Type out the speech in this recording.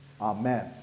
Amen